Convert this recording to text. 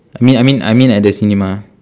I mean I mean I mean at the cinema